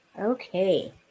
Okay